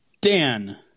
Dan